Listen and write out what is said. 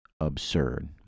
absurd